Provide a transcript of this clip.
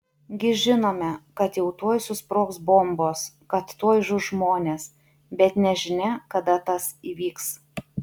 gi žinome kad jau tuoj susprogs bombos kad tuoj žus žmonės bet nežinia kada tas įvyks